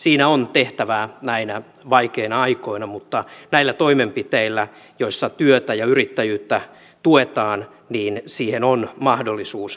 siinä on tehtävää näinä vaikeina aikoina mutta näillä toimenpiteillä joilla työtä ja yrittäjyyttä tuetaan siihen on mahdollisuus päästä